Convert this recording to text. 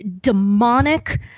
demonic